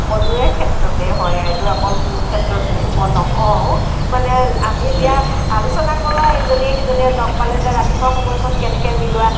সকলোৰে ক্ষেত্ৰতেই হয় আৰু এইটো অকল মোৰ ক্ষেত্ৰত বুলি মই নকওঁ মানে আমি এতিয়া আলোচনা কৰোঁ আৰু ইজনীয়ে সিজনীয়ে লগ পালে যে ৰাতিপুৱা সময়কণ কেনেকে মিলোৱা